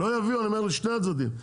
אני אומר לשני הצדדים,